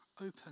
open